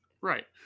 Right